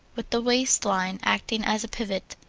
with the waist line acting as a pivot.